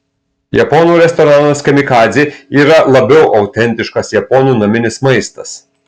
japonų restoranas kamikadzė yra labiau autentiškas japonų naminis maistas